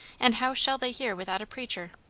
and how shall they hear without a preacher'?